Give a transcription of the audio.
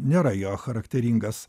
nėra jo charakteringas